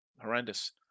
horrendous